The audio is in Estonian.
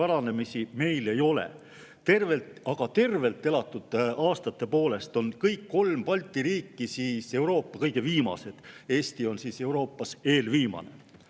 paranemisi meil ei ole olnud. Tervelt elatud aastate poolest on kõik kolm Balti riiki Euroopa kõige viimased, Eesti on Euroopas eelviimane.